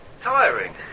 tiring